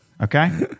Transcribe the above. Okay